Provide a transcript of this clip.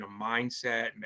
mindset